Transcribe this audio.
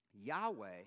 Yahweh